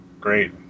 great